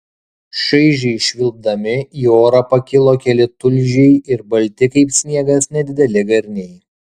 šaižiai švilpdami į orą pakilo keli tulžiai ir balti kaip sniegas nedideli garniai